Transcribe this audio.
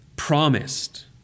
promised